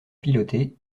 piloter